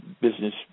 business